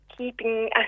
keeping